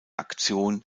aktion